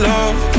Love